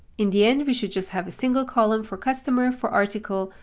in the end, we should just have a single column for customer, for article.